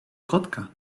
kotka